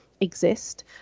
exist